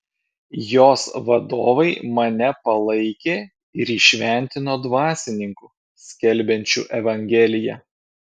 jos vadovai mane palaikė ir įšventino dvasininku skelbiančiu evangeliją